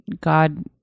God